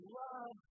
love